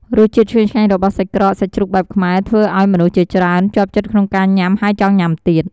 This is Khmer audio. រសជាតិឈ្ងុយឆ្ងាញ់របស់សាច់ក្រកសាច់ជ្រូកបែបខ្មែរ ធ្វើឱ្យមនុស្សជាច្រើន ជាប់ចិត្តក្នងការញុាំហើយចង់ញុាំទៀត។